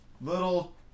little